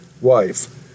wife